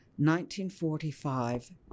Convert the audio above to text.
1945